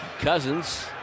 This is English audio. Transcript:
Cousins